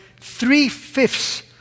three-fifths